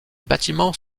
bâtiments